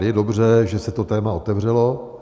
Je dobře, že se to téma otevřelo.